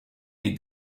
les